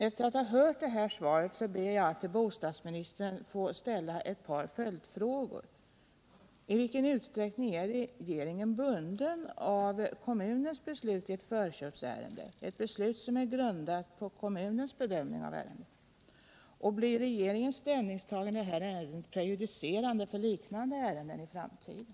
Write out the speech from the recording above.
Efter att ha tagit del av svaret ber jag att till bostadsministern få ställa ett par följdfrågor: ett förköpsärende, ett beslut som är grundat på kommunens bedömning av ärendet? Blir regeringens ställningstagande i det nu aktuella ärendet prejudicerande för behandlingen av liknande ärenden i framtiden?